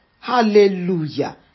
Hallelujah